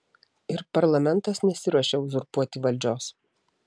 ir parlamentas nesiruošia uzurpuoti valdžios